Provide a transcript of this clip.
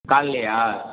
காலைலயா